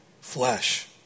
flesh